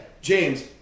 James